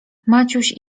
maciuś